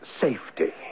safety